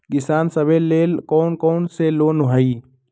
किसान सवे लेल कौन कौन से लोने हई?